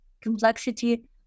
complexity